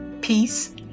peace